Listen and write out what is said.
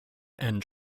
and